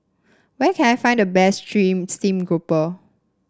where can I find the best stream steam grouper